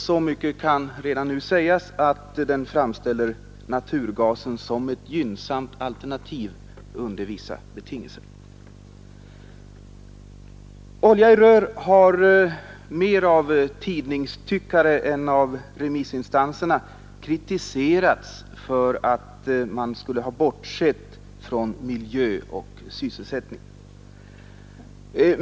Så mycket kan redan nu sägas att utredningen finner naturgasen vara ett gynnsamt alternativ under vissa betingelser. ”Olja i rör” har, mera av tidningstyckare än av remissinstanserna, kritiserats för att utredningen skulle ha bortsett från miljö och sysselsättning.